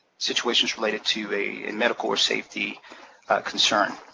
situations related to a medical or safety concern.